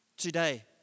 today